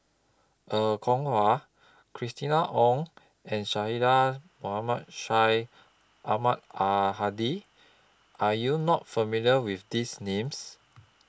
Er Kwong Wah Christina Ong and Mohamed Syed Ahmad Al Hadi Are YOU not familiar with These Names